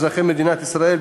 אזרחי מדינת ישראל,